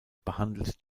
behandelt